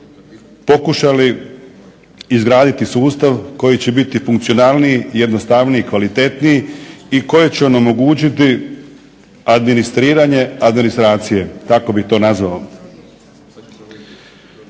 pokušali izgraditi sustav koji će biti funkcionalniji, jednostavniji, kvalitetniji i koji će nam omogućiti administriranje administracije. Tako bih to nazvao.